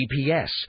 GPS